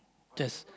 just